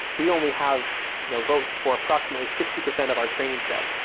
we only have you know votes for approximately sixty percent of our training set,